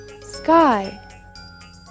Sky